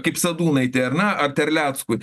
kaip sadūnaitė ar ne ar terleckui